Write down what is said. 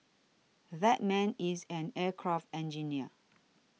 that man is an aircraft engineer